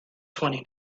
twenty